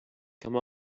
come